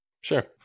Sure